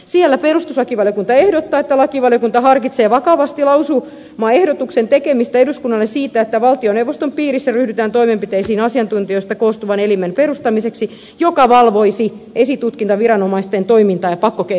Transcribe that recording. siellä perustuslakivaliokunta ehdottaa että lakivaliokunta harkitsee vakavasti lausumaehdotuksen tekemistä eduskunnalle siitä että valtioneuvoston piirissä ryhdytään toimenpiteisiin asiantuntijoista koostuvan elimen perustamiseksi joka valvoisi esitutkintaviranomaisten toimintaa ja pakkokeinojen käyttöä